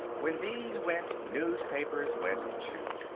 when these went newspapers went too.